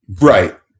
Right